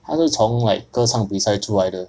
他是从 like 歌唱比赛出来的